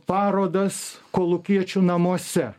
parodas kolūkiečių namuose